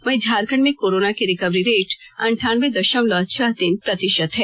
वहीं झारखंड में कोरोना की रिकवरी रेट अनठानबे दशमलव छह तीन प्रतिशत हैं